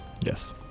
Yes